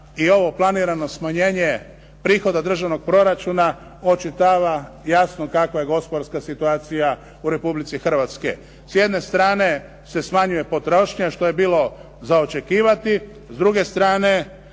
i ovo planirano smanjenje prihoda državnog proračuna očitava jasno kakva je gospodarska situacija u Republici Hrvatskoj. S jedne strane se smanjuje potrošnja što je bilo za očekivati, s druge strane